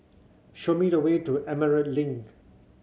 show me the way to Emerald Link